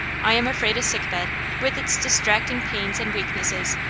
i am afraid a sick-bed, with its distracting pains and weaknesses,